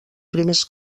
primers